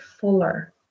fuller